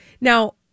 Now